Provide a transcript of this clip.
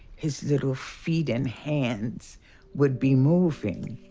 his little feet and hands would be moving.